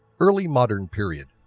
early modern period